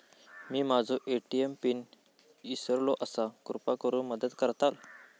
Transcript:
मी माझो ATM pin इसरलो आसा कृपा करुन मदत करताल